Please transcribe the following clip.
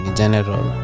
general